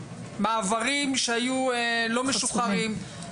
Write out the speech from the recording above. מעברים שלא היו משוחררים.